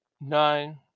Nine